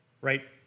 right